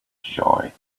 joy